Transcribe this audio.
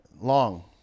long